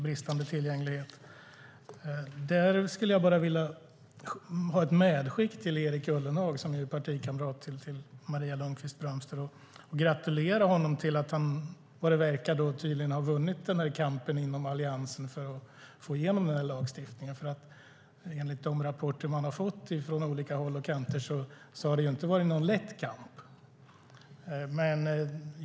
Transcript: Låt mig göra ett medskick till Erik Ullenhag som är partikamrat till Maria Lundqvist-Brömster och gratulera honom till att han tydligen har vunnit kampen inom Alliansen för att få igenom denna lagstiftning, för enligt de rapporter vi har fått från olika håll har det inte varit någon lätt kamp.